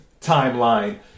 timeline